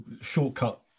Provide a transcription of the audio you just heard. shortcut